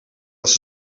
was